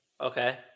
Okay